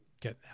get